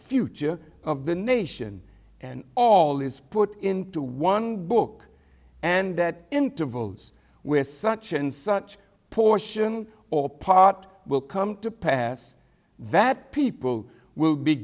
future of the nation and all is put into one book and that into votes with such and such a portion or part will come to pass that people will be